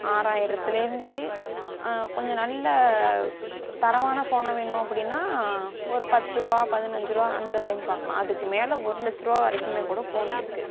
ஆறாயிரத்துலேருந்து கொஞ்சம் நல்ல தரமான ஃபோனு வேணும் அப்படின்னா ஒரு பத்துருவா பதினஞ்சுருவா அந்தலேந்து பார்க்கலாம் அதுக்கு மேலே ஒரு லட்சரூவா வரைக்கும் கூட ஃபோன் இருக்கு